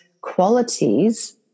qualities